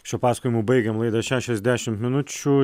šiuo pasakojimu baigiam laidą šešiasdešimt minučių